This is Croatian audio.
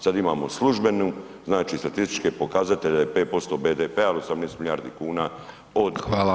Sad imamo službenu, znači statističke pokazatelje, 5% BDP-a, 18 milijardi kuna od